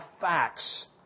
facts